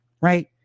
Right